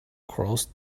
crossed